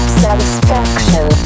satisfaction